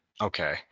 Okay